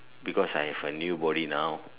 because I have a new body now